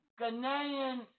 Ghanaian